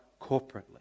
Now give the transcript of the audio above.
corporately